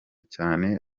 cyane